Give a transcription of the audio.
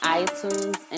iTunes